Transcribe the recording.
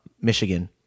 Michigan